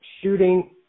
shooting